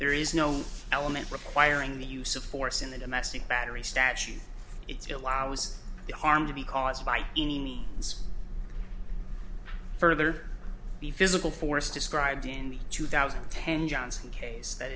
there is no element requiring the use of force in the domestic battery statute it allows the harm to be caused by any means further the physical force described in the two thousand and ten johnson case that